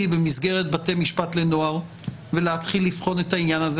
במסגרת בתי משפט לנוער ולהתחיל לבחון את העניין הזה?